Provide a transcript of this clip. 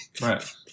Right